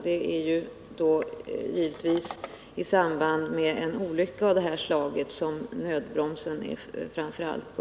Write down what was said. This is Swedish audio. Det är givetvis framför allt i samband med olyckor som nödbromsen bör användas.